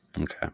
Okay